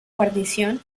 guarnición